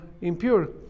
impure